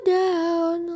down